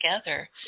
together